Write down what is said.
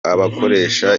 abakoresha